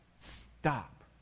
Stop